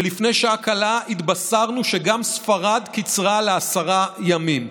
ולפני שעה קלה התבשרנו שגם ספרד קיצרה לעשרה ימים.